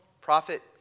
prophet